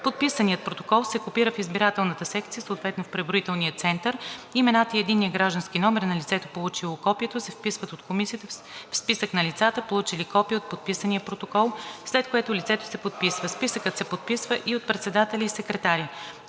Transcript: Подписаният протокол се копира в избирателната секция, съответно в преброителния център. Имената и единният граждански номер на лицето, получило копието, се вписват от комисията в списък на лицата, получили копие от подписания протокол, след което лицето се подписва. Списъкът се подписва и от председателя и секретаря.“